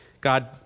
God